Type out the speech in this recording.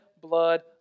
blood